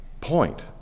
point